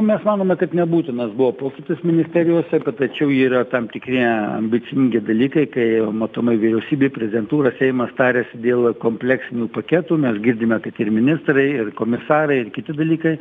mes manome kad nebūtinas buvo pokytis ministerijos tačiau yra tam tikri ambicingi dalykai kai matomai vyriausybė prezidentūra seimas tariasi dėl kompleksinių paketų mes girdime kad ir ministrai ir komisarai ir kiti dalykai